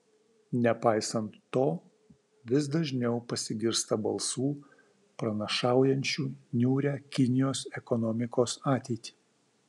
nepaisant to vis dažniau pasigirsta balsų pranašaujančių niūrią kinijos ekonomikos ateitį